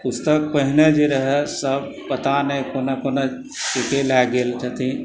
पुस्तक पहिने जे रहै सब पता नहि कोना कोना केँ केँ लए गेल छथिन